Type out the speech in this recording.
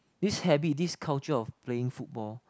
this habit this culture of playing football